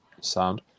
sound